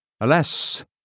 Alas